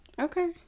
Okay